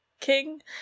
King